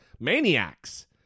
Maniacs